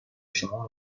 شما